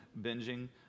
binging